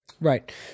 Right